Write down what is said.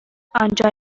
آنجا